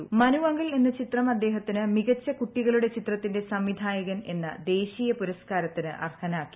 മനു അങ്കിശ്ര്യാണ് ചിത്രം അദ്ദേഹത്തിന് മികച്ച കുട്ടികളുടെ ചിത്രത്തിന്റെ സംവിധായകൻ എന്ന ദേശീയ പുരസ്കാരത്തിന് അർഹനാക്കി